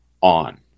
on